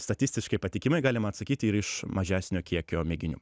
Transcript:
statistiškai patikimai galima atsakyti ir iš mažesnio kiekio mėginių